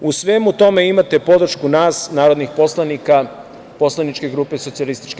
U svemu tome, imate podršku nas narodnih poslanika, poslaničke grupe SPS.